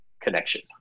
connection